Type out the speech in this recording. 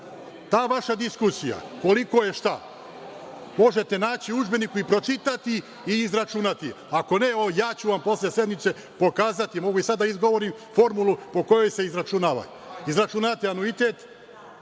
Ta vaša diskusija, koliko je šta, možete naći u udžbeniku, pročitati i izračunati, a ako ne, mogu vam posle sednice pokazati, a mogu i sad da izgovorim formulu po kojoj se izračunava – izračunate anuitet,